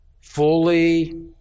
fully